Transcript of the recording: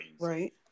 Right